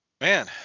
Man